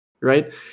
right